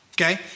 Okay